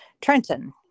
Trenton